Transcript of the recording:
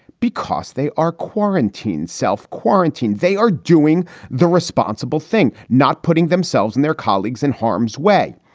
because they are quarantine self-quarantine. they are doing the responsible thing, not putting themselves and their colleagues in harm's way.